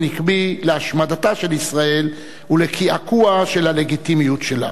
עקבי להשמדתה של ישראל ולקעקוע של הלגיטימיות שלה.